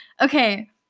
Okay